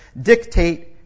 dictate